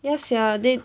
ya sia they